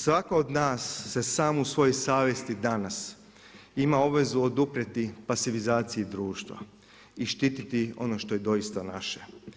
Svatko od nas se sam u svojoj savjesti danas ima obvezu oduprijeti pasivizaciji društva i štititi ono što je doista naše.